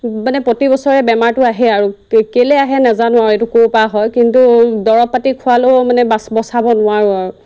মানে প্ৰতি বছৰে বেমাৰটো আহেই আৰু কেলৈ আহে নেজানো আৰু এইটো ক'ৰ পৰা হয় কিন্তু দৰৱ পাতি খোৱালেও মানে বাচ বচাব নোৱাৰোঁ আৰু